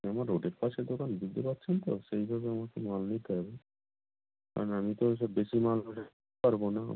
আমার রোডের পাশে দোকান বুঝতে পারছেন তো সেইভাবে আমাকে মাল নিতে হবে কারণ আমি তো ওই সব বেশি মাল হলে পারব না